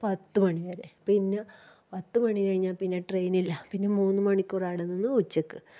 പത്ത് മണിവരെ പിന്നെ പത്ത് മണികഴിഞ്ഞാൽ പിന്നെ ട്രെയിനില്ല പിന്നെ മൂന്ന് മണിക്കൂർ അവിടെ നിന്ന് ഉച്ചക്ക്